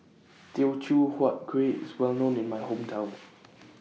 Teochew Huat Kueh IS Well known in My Hometown